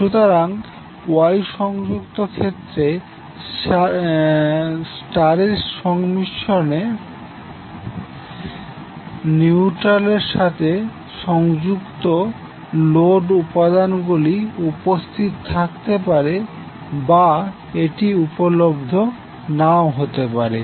সুতরাং ওয়াই সংযুক্ত ক্ষেত্রে স্টারের সংমিশ্রণে নিউট্রালের সাথে সংযুক্ত লোড উপাদানগুলি উপস্থিত থাকতে পারে বা এটি উপলব্ধ নাও হতে পারে